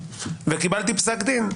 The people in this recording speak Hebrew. וקיבלתי פסק דין.